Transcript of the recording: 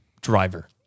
driver